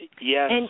Yes